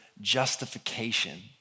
justification